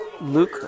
Luke